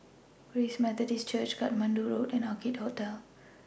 Grace Methodist Church Katmandu Road and Orchid Hotel